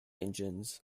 engines